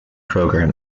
program